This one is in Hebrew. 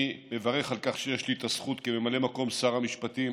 אני מברך על כך שיש לי הזכות כממלא מקום שר המשפטים